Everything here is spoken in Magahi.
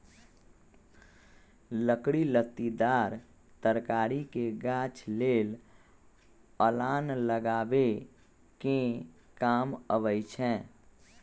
लकड़ी लत्तिदार तरकारी के गाछ लेल अलान लगाबे कें काम अबई छै